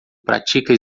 pratica